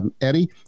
Eddie